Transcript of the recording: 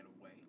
away